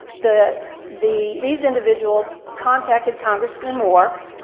the the these individuals contacted congressman moore,